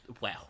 wow